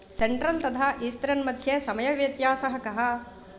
central तथा eastern मध्ये समयव्यत्यासः कः